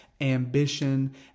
ambition